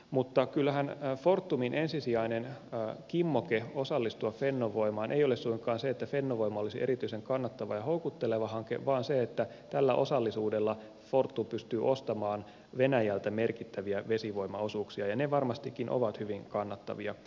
mutta kyllähän fortumin ensisijainen kimmoke osallistua fennovoimaan ei ole suinkaan se että fennovoima olisi erityisen kannattava ja houkutteleva hanke vaan se että tällä osallisuudella fortum pystyy ostamaan venäjältä merkittäviä vesivoimaosuuksia ja ne varmastikin ovat hyvin kannattavia fortumille